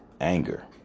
Anger